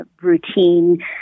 routine